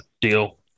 deal